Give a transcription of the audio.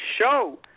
show